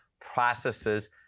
processes